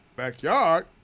Backyard